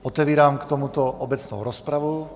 Otevírám k tomuto obecnou rozpravu.